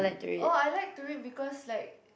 oh I like to read because like